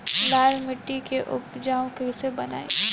लाल मिट्टी के उपजाऊ कैसे बनाई?